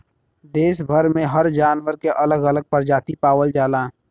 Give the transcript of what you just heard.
देस भर में हर जानवर के अलग अलग परजाती पावल जाला